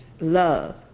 love